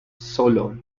solon